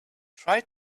try